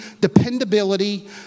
dependability